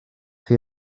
chi